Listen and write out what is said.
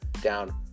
down